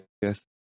Yes